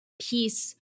peace